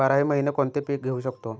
बाराही महिने कोणते पीक घेवू शकतो?